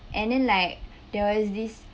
and then like there was this